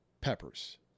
peppers